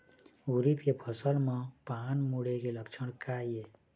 उरीद के फसल म पान मुड़े के लक्षण का ये?